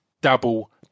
double